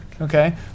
Okay